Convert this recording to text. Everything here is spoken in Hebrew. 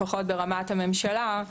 לפחות ברמת הממשלה,